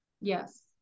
Yes